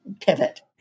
pivot